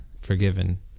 forgiven